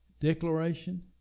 Declaration